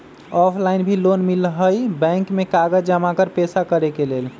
Offline भी loan मिलहई bank में कागज जमाकर पेशा करेके लेल?